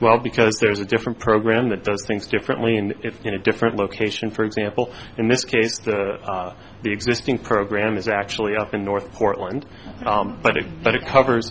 well because there's a different program that does things differently and if you know a different location for example in this case the existing program is actually up in north portland but it but it cover